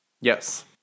Yes